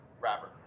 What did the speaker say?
wrapper